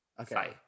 Okay